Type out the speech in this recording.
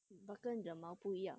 but 跟你的毛不一样